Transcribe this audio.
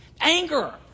Anger